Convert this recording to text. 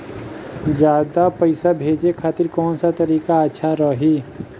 ज्यादा पईसा भेजे खातिर कौन सा तरीका अच्छा रही?